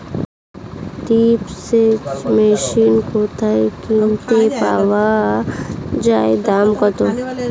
Drip সেচ machine কোথায় কিনতে পাওয়া যায় দাম কত?